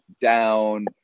down